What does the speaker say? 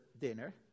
dinner